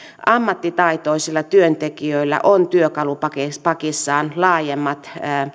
ammattitaitoisilla työntekijöillä on työkalupakissaan laajemmat